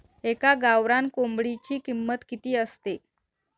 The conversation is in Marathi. एका गावरान कोंबडीची किंमत किती असते?